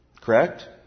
correct